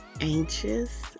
anxious